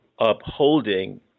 upholding